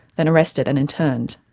then arrested and interned.